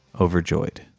Overjoyed